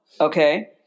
Okay